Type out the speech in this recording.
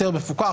יותר מפוקח,